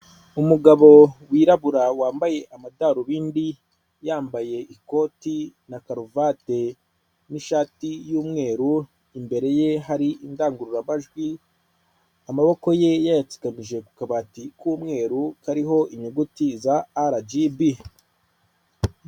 Umugabo wirabura wambaye amadarubindi, yambaye ikoti na karuvate n'ishati y'umweru, imbere ye hari indangururamajwi, amaboko ye yayatsikamije ku kabati k'umweru kariho inyuguti za RGB.